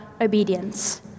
obedience